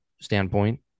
standpoint